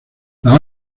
las